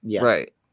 right